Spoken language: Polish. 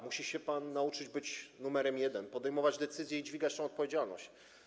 Musi się pan nauczyć być numerem jeden, podejmować decyzje i dźwigać odpowiedzialność.